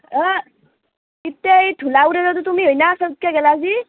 অঁ ইত্তেই ধূলা উৰেই যোৱাটো তুমিয়ে হয়না চাওতকে গ'লা যি